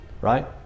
Right